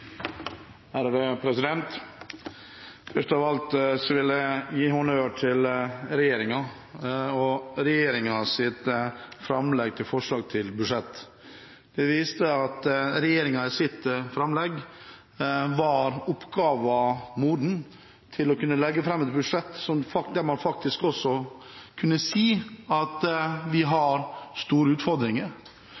Først av alt vil jeg gi honnør til regjeringen og regjeringens budsjettforslag. Det viste at regjeringen var seg oppgaven moden, og at de kunne legge fram et budsjett der man faktisk også kunne si at vi har store utfordringer